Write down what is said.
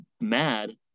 mad